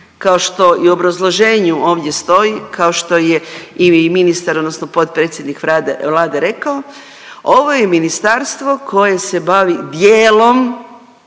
Kao što i u obrazloženju ovdje stoji kao što je i ministar odnosno potpredsjednik Vlade rekao, ovo je ministarstvo koje se bavi dijelom